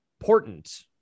important